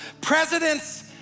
presidents